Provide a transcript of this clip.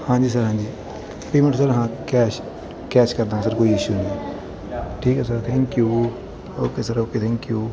ਹਾਂਜੀ ਸਰ ਹਾਂਜੀ payment sir ਹਾਂ ਕੈਸ਼ ਕੈਸ਼ ਕਰਦਾ ਹਾਂ ਸਰ ਕੋਈ ਇਸ਼ੂ ਨਹੀਂ ਠੀਕ ਹੈ sir thank you okay sir okay thank you